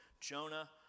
Jonah